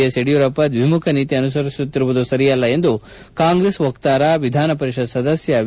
S Yediyurappa ದ್ವಿಮುಖ ನೀತಿ ಅನುಸರಿಸುತ್ತಿರುವುದು ಸರಿಯಲ್ಲ ಎಂದು ಕಾಂಗ್ರೆಸ್ ವಕ್ತಾರ ವಿಧಾನ ಪರಿಷತ್ ಸದಸ್ಯ ವಿ